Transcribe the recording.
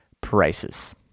prices